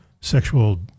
sexual